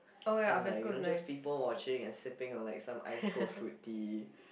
and like you know just people watching and sipping on like some ice cold fruit tea